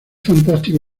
fantástico